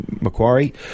Macquarie